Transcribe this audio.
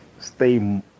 stay